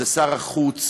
זה שר החוץ,